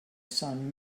son